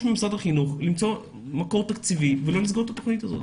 ממשרד החינוך למצוא מקור תקציבי ולא לסגור את התוכנית הזאת.